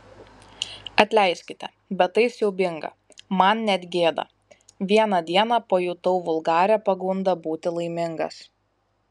atleiskite bet tai siaubinga man net gėda vieną dieną pajutau vulgarią pagundą būti laimingas